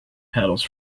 pedals